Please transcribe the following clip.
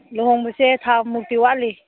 ꯂꯨꯍꯣꯡꯕꯁꯦ ꯊꯥꯃꯨꯛꯇꯤ ꯋꯥꯠꯂꯤ